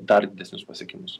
dar didesnius pasiekimus